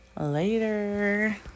Later